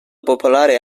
popolare